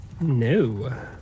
No